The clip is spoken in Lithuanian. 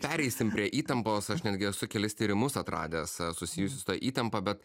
pereisim prie įtampos aš netgi esu kelis tyrimus atradęs susijusius su ta įtampa bet